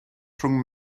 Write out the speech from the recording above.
rhwng